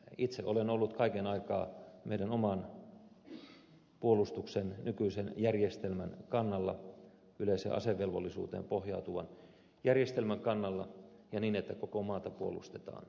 itse olen ollut kaiken aikaa meidän oman puolustuksemme nykyisen järjestelmän kannalla yleiseen asevelvollisuuteen pohjautuvan järjestelmän kannalla ja niin että koko maata puolustetaan